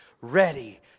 ready